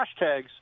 hashtags